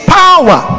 power